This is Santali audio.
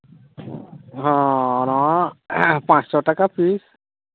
ᱦᱚᱸ ᱱᱟᱜ ᱯᱟᱸᱥᱥᱚ ᱴᱟᱠᱟ ᱯᱤᱥ